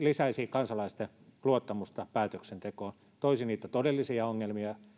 lisäisi kansalaisten luottamusta päätöksentekoon ja toisi niitä todellisia ongelmia